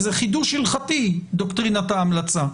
זה חידוש הלכתי דוקטרינת ההמלצה.